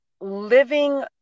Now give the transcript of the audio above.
living